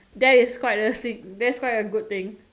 that is quite a sick that's quite a good thing